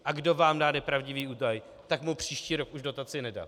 A kdo vám dá nepravdivý údaj, tak mu příští rok už dotaci nedat.